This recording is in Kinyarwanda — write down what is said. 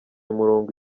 umurongo